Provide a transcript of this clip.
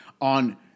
on